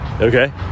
Okay